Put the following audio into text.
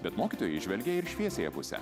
bet mokytojai įžvelgia ir šviesiąją pusę